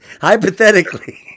Hypothetically